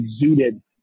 exuded